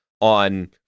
on